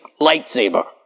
lightsaber